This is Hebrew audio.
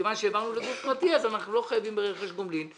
מכיוון שהעברנו לגוף פרטי אז אנחנו לא חייבים ברכש גומלין.